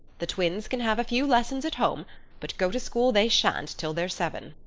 the twins can have a few lessons at home but go to school they shan't till they're seven.